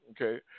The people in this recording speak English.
Okay